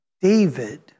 David